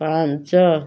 ପାଞ୍ଚ